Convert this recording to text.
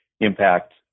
impact